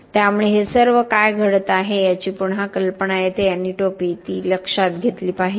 त्यामुळे हे सर्व काय घडत आहे याची पुन्हा कल्पना येते आणि टोपी लक्षात घेतली पाहिजे